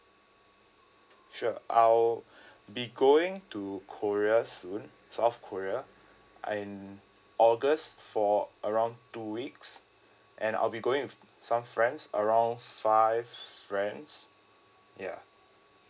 sure I'll be going to korea soon south korea in august for around two weeks and I'll be going with some friends around five friends ya